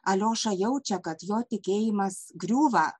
alioša jaučia kad jo tikėjimas griūva